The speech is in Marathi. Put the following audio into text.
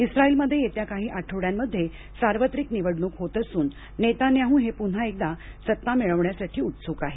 इस्राईलमध्ये येत्या काही आठवड्यांमध्ये सार्वत्रिक निवडणूक होत असून नेतान्याहू हे पुन्हा एकदा सत्ता मिळवण्यासाठी उत्सुक आहेत